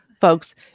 folks